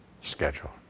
schedule